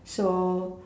so